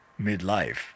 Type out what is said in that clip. midlife